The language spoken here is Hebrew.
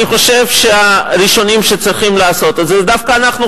אני חושב שהראשונים שצריכים לעשות את זה הם דווקא אנחנו,